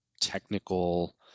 technical